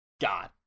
god